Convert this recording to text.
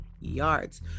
yards